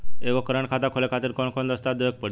एगो करेंट खाता खोले खातिर कौन कौन दस्तावेज़ देवे के पड़ी?